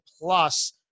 plus